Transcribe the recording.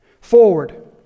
forward